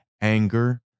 Anger